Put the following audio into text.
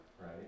right